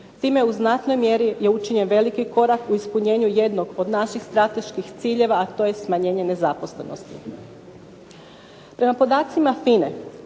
Time u znatnoj mjeri je učinjen veliki korak u ispunjenju jednog od naših strateških ciljeva a to je smanjenje nezaposlenosti. Prema podacima FINA-e